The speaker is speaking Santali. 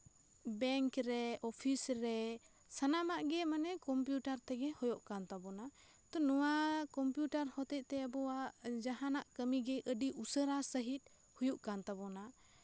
ᱵᱮᱝᱠᱨᱮ ᱚᱯᱷᱤᱥᱨᱮ ᱥᱟᱱᱟᱢᱟᱜ ᱜᱮ ᱢᱟᱱᱮ ᱠᱚᱢᱯᱤᱭᱩᱴᱟᱨ ᱛᱮᱜᱮ ᱦᱳᱭᱳᱜ ᱠᱟᱱ ᱛᱟᱵᱳᱱᱟ ᱱᱚᱣᱟ ᱠᱚᱢᱯᱤᱭᱩᱴᱟᱨ ᱦᱚᱛᱮᱜ ᱛᱮ ᱟᱵᱚᱱᱟᱜ ᱡᱟᱦᱟᱱᱟᱜ ᱠᱟ ᱢᱤᱜᱮ ᱟᱹᱰᱤ ᱩᱥᱟᱹᱨᱟ ᱥᱟᱹᱦᱤᱡ ᱦᱩᱭᱩᱜ ᱠᱟᱱ ᱛᱟᱵᱳᱱᱟ